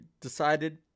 decided